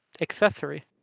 accessory